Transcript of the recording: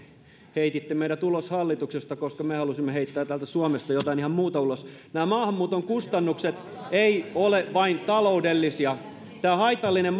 heititte meidät ulos hallituksesta koska me halusimme heittää täältä suomesta jotain ihan muuta ulos nämä maahanmuuton kustannukset eivät ole vain taloudellisia tämä haitallinen